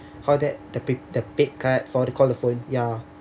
how that the pay the paid card for the call the phone ya